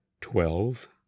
twelve